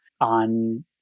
on